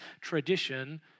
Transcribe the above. tradition